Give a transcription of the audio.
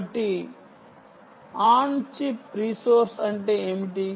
కాబట్టి on chip resource అంటే ఏమిటి